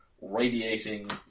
radiating